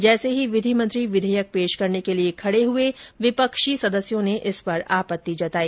जैसे ही विधि मंत्री विधेयक पेश करने के लिए खड़े हुए विपक्षी सदस्यों ने इस पर आपत्ति जताई